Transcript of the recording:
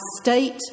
state